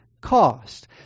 cost